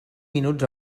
minuts